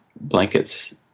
blankets